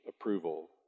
approval